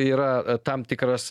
yra tam tikras